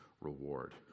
reward